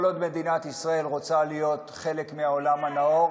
כל עוד מדינת ישראל רוצה להיות חלק מהעולם הנאור,